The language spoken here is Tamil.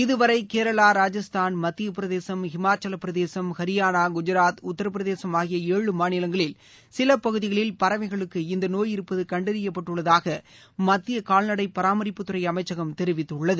இதுவரை கேரளா ராஜஸ்தான் மத்திய பிரதேசம் ஹிமாச்சவப் பிரதேசம் ஹரியானா குஜராத் உத்திரப்பிரதேசம் ஆகிய ஏழு மாநிலங்களில் சில பகுதிகளில் பறவைகளுக்கு இந்த நோய் இருப்பது கண்டறியப்பட்டுள்ளதாக மத்திய கால்நடை பராமரிப்புத்துறை அமைச்சகம் தெரிவித்துள்ளது